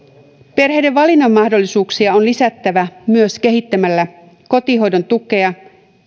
perheiden valinnanmahdollisuuksia on lisättävä myös kehittämällä kotihoidon tukea